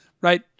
Right